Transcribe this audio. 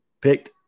picked